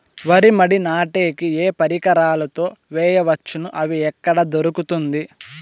వరి మడి నాటే కి ఏ పరికరాలు తో వేయవచ్చును అవి ఎక్కడ దొరుకుతుంది?